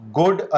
good